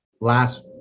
last